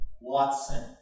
Watson